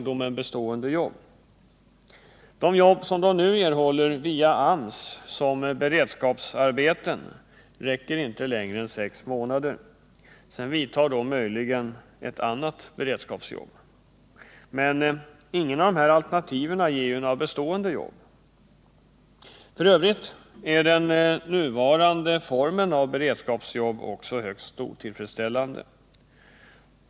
De jobb som de nu erhåller via AMS som beredskapsarbeten räcker inte längre än sex månader. Sedan vidtar möjligen ett annat beredskapsjobb. Men inga av dessa alternativ ger några bestående arbeten. F. ö. är också den nuvarande formen av beredskapsjobb högst otillfredsställande.